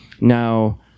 Now